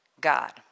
God